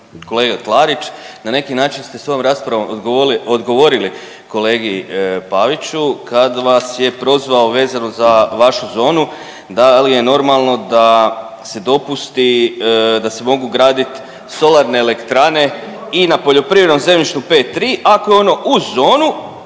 kolega Klarić. Na neki način ste svojom raspravom odgovorili kolegi Paviću kad vas je prozvao vezano za vašu zonu da li je normalno da se dopusti da se mogu gradit solarne elektrane i na poljoprivrednom zemljištu pet tri ako je ono uz zonu